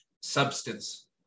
substance